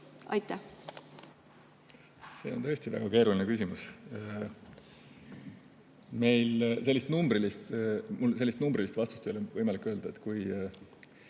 See on tõesti väga keeruline küsimus. Mul sellist numbrilist vastust ei ole võimalik öelda, et